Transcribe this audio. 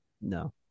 No